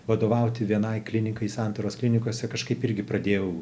vadovauti vienai klinikai santaros klinikose kažkaip irgi pradėjau